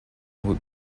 would